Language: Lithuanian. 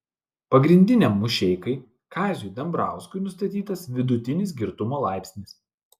pagrindiniam mušeikai kaziui dambrauskui nustatytas vidutinis girtumo laipsnis